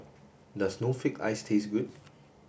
does snowflake ice taste good